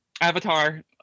Avatar